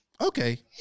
Okay